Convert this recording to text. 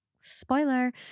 spoiler